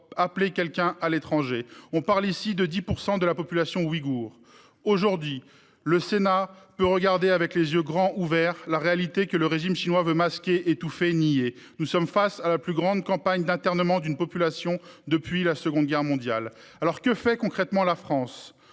appelé quelqu'un à l'étranger. On parle ici de 10 % de la population ouïghoure. Aujourd'hui, les sénateurs peuvent regarder les yeux grand ouverts la réalité que le régime chinois veut masquer, étouffer, nier : nous sommes face à la plus grande campagne d'internement d'une population depuis la Seconde Guerre mondiale. Alors, que fait concrètement la France ?